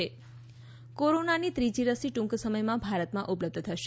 Covovax કોરોનાની ત્રીજી રસી ટ્રંક સમયમાં ભારતમાં ઉપલબ્ધ થશે